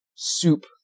soup